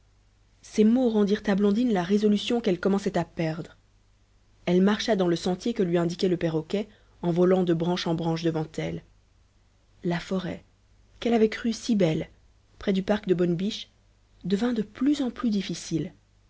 ces mots rendirent à blondine la résolution qu'elle commençait à perdre elle marcha dans le sentier que lui indiquait le perroquet en volant de branche en branche devant elle la forêt qu'elle avait crue si belle près du parc de bonne biche devint de plus en plus difficile